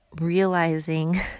realizing